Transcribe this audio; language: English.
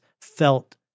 felt